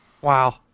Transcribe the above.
Wow